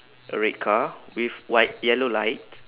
a red car with white yellow light